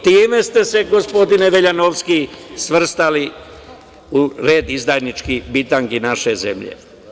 Time ste se, gospodine Veljanovski, svrstali u red izdajničkih bitangi naše zemlje.